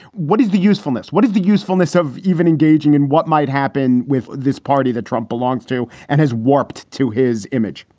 what is the usefulness? what is the usefulness of even engaging in what might happen with this party that trump belongs to and has warped to his image?